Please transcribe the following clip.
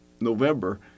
November